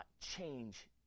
change